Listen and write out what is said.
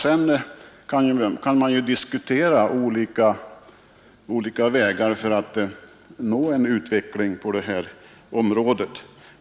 Sedan kan man diskutera olika vägar för att nå en utveckling till det bättre på detta område.